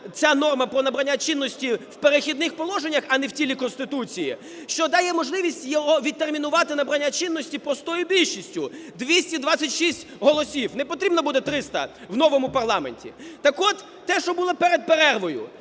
ця норма про набрання чинності в "Перехідних положеннях", а не в тілі Конституції, що дає можливість його відтермінувати набрання чинності простою більшістю – 226 голосів, непотрібно буде 300 в новому парламенті. Так от те, що було перед перервою.